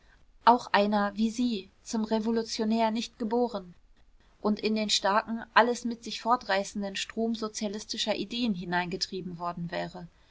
auch einer wie sie zum revolutionär nicht geboren und in den starken alles mit sich fortreißenden strom sozialistischer ideen hineingetrieben worden wäre